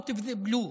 Out of the blue.